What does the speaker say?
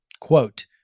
Quote